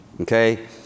Okay